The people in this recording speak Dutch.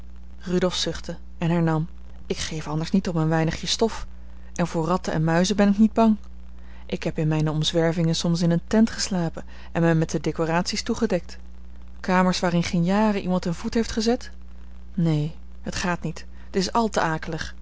rudolf zuchtte en hernam ik geef anders niet om een weinigje stof en voor ratten en muizen ben ik niet bang ik heb in mijne omzwervingen soms in een tent geslapen en mij met de decoraties toegedekt kamers waar in geen jaren iemand een voet heeft gezet neen het gaat niet het is al te